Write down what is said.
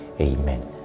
Amen